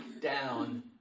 down